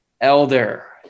Elder